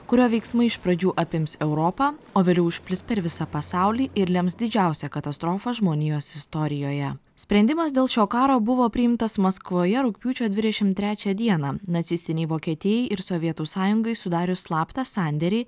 kurio veiksmai iš pradžių apims europą o vėliau išplis per visą pasaulį ir lems didžiausią katastrofą žmonijos istorijoje sprendimas dėl šio karo buvo priimtas maskvoje rugpjūčio dvidešimt trečią dieną nacistinei vokietijai ir sovietų sąjungai sudarius slaptą sandėrį